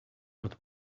but